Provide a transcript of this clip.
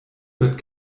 wird